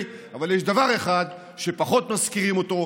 אבל יש דבר אחד שפחות מזכירים אותו,